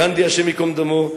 גנדי, השם ייקום דמו.